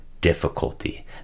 difficulty